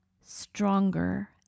stronger